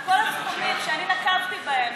ואת כל הסכומים שאני נקבתי בהם,